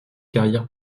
carrières